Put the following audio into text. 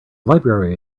library